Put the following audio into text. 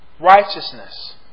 Righteousness